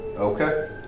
Okay